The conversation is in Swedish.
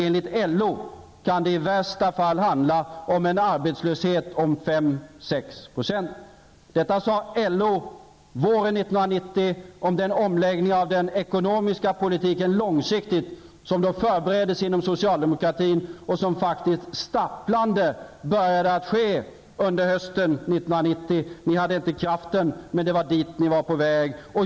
Enligt LO kan det i värsta fall handla om en arbetslöshet på Detta uttalade LO våren 1990 om den långsiktiga omläggning av den ekonomiska politiken som då förbereddes inom socialdemokratin och som faktiskt stapplande började genomföras hösten 1990. Socialdemokraterna hade inte kraften, men det var dit de var på väg.